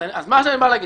אז מה שאני בא להגיד,